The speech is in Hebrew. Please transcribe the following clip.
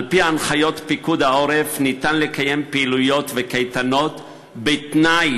על-פי הנחיות פיקוד העורף אפשר לקיים פעילויות וקייטנות בתנאי